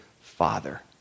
father